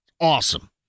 Awesome